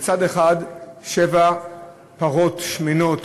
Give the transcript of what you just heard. בחלומות מצד אחד שבע פרות שמנות,